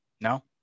no